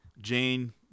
Jane